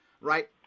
right